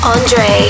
Andre